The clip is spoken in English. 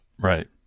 Right